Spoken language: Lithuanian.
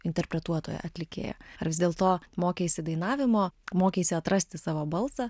interpretuotoja atlikėja ar vis dėlto mokeisi dainavimo mokėsi atrasti savo balsą